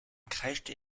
kreischte